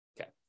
Okay